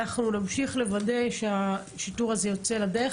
אנחנו נמשיך לוודא שהשיטור הזה יוצא לדרך,